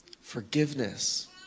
forgiveness